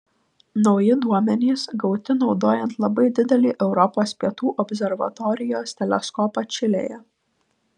nauji duomenys gauti naudojant labai didelį europos pietų observatorijos teleskopą čilėje